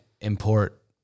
import